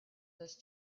this